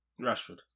Rashford